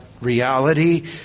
reality